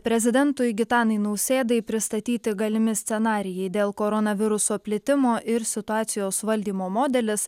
prezidentui gitanui nausėdai pristatyti galimi scenarijai dėl koronaviruso plitimo ir situacijos valdymo modelis